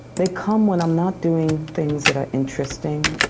they come when i'm not doing things that are interesting.